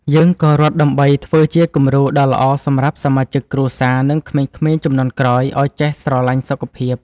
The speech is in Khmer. យើងក៏រត់ដើម្បីធ្វើជាគំរូដ៏ល្អសម្រាប់សមាជិកគ្រួសារ និងក្មេងៗជំនាន់ក្រោយឱ្យចេះស្រឡាញ់សុខភាព។